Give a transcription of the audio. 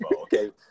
okay